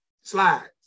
slides